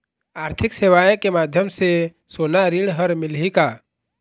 आरथिक सेवाएँ के माध्यम से सोना ऋण हर मिलही का?